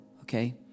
Okay